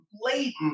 blatant